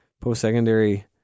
post-secondary